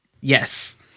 Yes